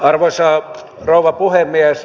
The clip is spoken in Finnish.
arvoisa rouva puhemies